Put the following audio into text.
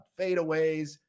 fadeaways